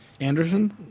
Anderson